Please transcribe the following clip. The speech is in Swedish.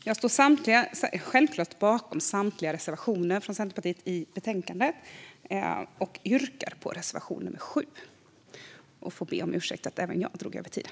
Jag står självklart bakom samtliga reservationer från Centerpartiet i betänkandet, men jag yrkar bifall endast till reservation nr 7. Jag ber också om ursäkt för att även jag drog över tiden.